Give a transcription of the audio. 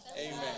Amen